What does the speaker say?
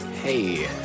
hey